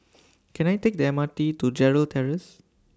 Can I Take The M R T to Gerald Terrace